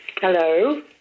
Hello